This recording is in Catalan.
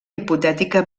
hipotètica